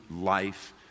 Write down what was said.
life